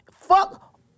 Fuck